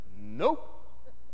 Nope